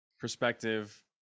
perspective